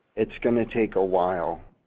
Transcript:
it's gonna take a while,